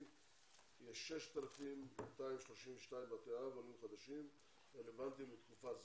יש 6,232 בתי אב עולים חדשים שרלוונטיים לתקופה זו.